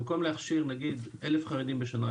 במקום להכשיר נגיד 1,000 חרדים בשנה,